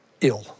ill